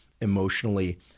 emotionally